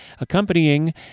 accompanying